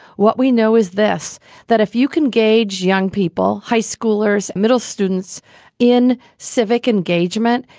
what we know is this that if you can gauge young people, high schoolers, middle students in civic engagement,